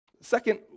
Second